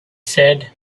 said